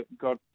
got